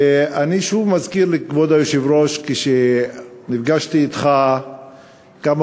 אני שוב מזכיר לכבוד היושב-ראש: נפגשתי אתך כמה